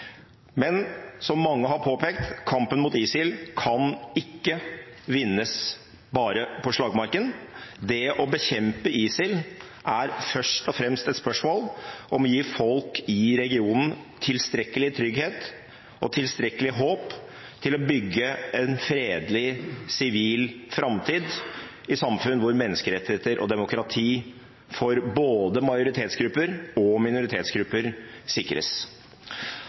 Men som mange har påpekt: Kampen mot ISIL kan ikke vinnes bare på slagmarken. Det å bekjempe ISIL er først og fremst et spørsmål om å gi folk i regionen tilstrekkelig trygghet og tilstrekkelig håp til å bygge en fredelig sivil framtid i et samfunn hvor menneskerettigheter og demokrati for både majoritetsgrupper og minoritetsgrupper sikres.